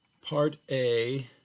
part a,